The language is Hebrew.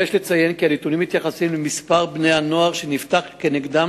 אדוני היושב-ראש, כנסת נכבדה,